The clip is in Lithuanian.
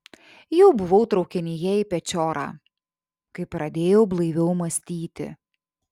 jau buvau traukinyje į pečiorą kai pradėjau blaiviau mąstyti